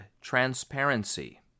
transparency